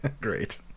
Great